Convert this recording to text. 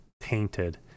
tainted